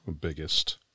biggest